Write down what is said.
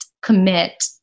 commit